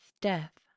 death